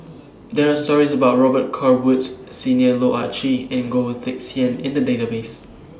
There Are stories about Robet Carr Woods Senior Loh Ah Chee and Goh Teck Sian in The Database